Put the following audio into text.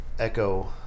Echo